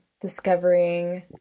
discovering